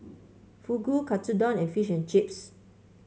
Fugu Katsudon and Fish and Chips